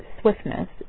swiftness